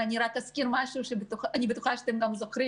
אני רק אזכיר משהו אני בטוחה שאתם גם זוכרים